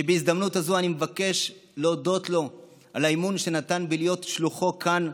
שבהזדמנות זו אני מבקש להודות לו על האמון שנתן בי להיות שלוחו כאן,